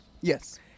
yes